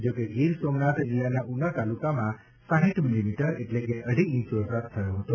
જો કે ગીર સોમનાથ જિલ્લાના ઉના તુલાકામાં સાંઇઠ મીલીમીટર એટલે કે અઢી ઇંચ વરસાદ થયો હતો